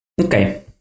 Okay